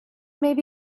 maybe